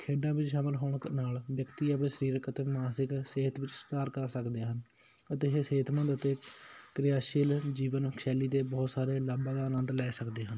ਖੇਡਾਂ ਵਿੱਚ ਸ਼ਾਮਿਲ ਹੋਣ ਦੇ ਨਾਲ ਵਿਅਕਤੀ ਆਪਣੇ ਸਰੀਰਕ ਅਤੇ ਮਾਨਸਿਕ ਸਿਹਤ ਵਿੱਚ ਸੁਧਾਰ ਕਰ ਸਕਦੇ ਹਨ ਅਤੇ ਇਹ ਸਿਹਤਮੰਦ ਅਤੇ ਕਿਰਿਆਸ਼ੀਲ ਜੀਵਨ ਸ਼ੈਲੀ ਦੇ ਬਹੁਤ ਸਾਰੇ ਲਾਭਾਂ ਦਾ ਆਨੰਦ ਲੈ ਸਕਦੇ ਹਨ